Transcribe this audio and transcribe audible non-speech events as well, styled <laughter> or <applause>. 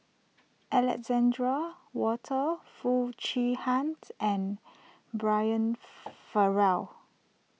Alexander Wolters Foo Chee Hant and Brian <noise> Farrell